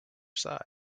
side